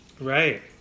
right